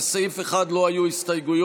לסעיף 1 לא היו הסתייגויות.